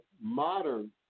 modern